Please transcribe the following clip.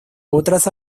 otras